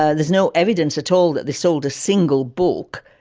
ah there's no evidence at all that they sold a single book,